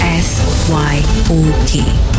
S-Y-O-K